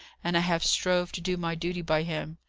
and i have strove to do my duty by him.